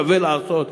שווה לעשות,